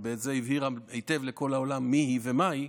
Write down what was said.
ובזה היא הבהירה היטב לכל העולם מי היא ומה היא.